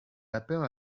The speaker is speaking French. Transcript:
lapin